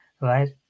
right